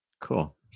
Cool